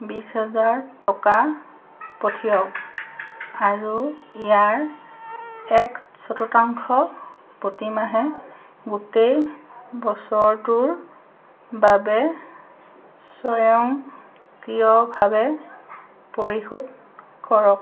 বিছ হাজাৰ টকা পঠিয়াওক আৰু ইয়াৰ এক চতুৰ্থাংশ প্ৰতিমাহে গোটেই বছৰটোৰ বাবে স্বয়ংক্ৰিয়ভাৱে পৰিশোধ কৰক